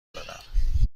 دادم